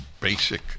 basic